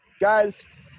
guys